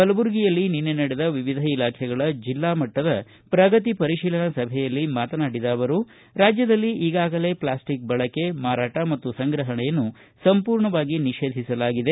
ಕಲಬುರಗಿಯಲ್ಲಿ ನಿನ್ನೆ ನಡೆದ ವಿವಿಧ ಇಲಾಖೆಗಳ ಜಿಲ್ಲಾ ಮಟ್ಟದ ಪ್ರಗತಿ ಪರಿಶೀಲನಾ ಸಭೆಯಲ್ಲಿ ಮಾತನಾಡಿದ ಅವರು ರಾಜ್ಯದಲ್ಲಿ ಈಗಾಗಲೇ ಪ್ಲಾಸ್ಟಿಕ್ ಬಳಕೆ ಮಾರಾಟ ಮತ್ತು ಸಂಗ್ರಹಣೆಯನ್ನು ಸಂಪೂರ್ಣವಾಗಿ ನಿಷೇಧಿಸಲಾಗಿದೆ